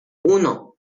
uno